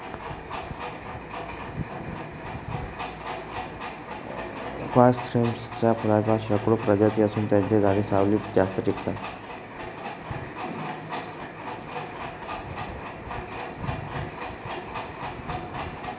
chrysanthemum फुलांच्या शेकडो प्रजाती असून त्यांची झाडे सावलीत जास्त टिकतात